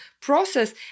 process